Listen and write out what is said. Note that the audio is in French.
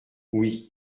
oui